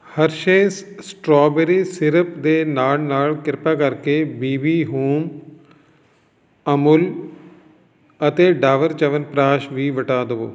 Hershey's strawberry syrup ਦੇ ਨਾਲ ਨਾਲ ਕ੍ਰਿਪਾ ਕਰਕੇ ਬੀ ਬੀ ਹੋਮ ਅਮੂਲ ਅਤੇ ਡਾਬਰ ਚਵਨਪ੍ਰਾਸ਼ ਵੀ ਵਟਾ ਦਿਉ